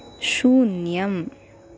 शून्यम्